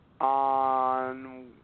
on